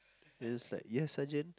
then he's like yes sergeant